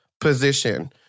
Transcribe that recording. position